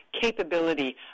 capability